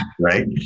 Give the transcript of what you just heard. right